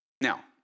Now